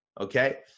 Okay